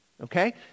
Okay